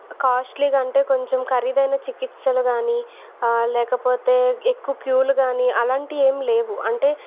కాస్ట్లీగా అంటే కొంచెం ఖరీదైన చికిత్సలు కాని లేకపోతే ఎక్కువ క్యూలు కాని అలాంటివి ఏమీ లేవు అంటే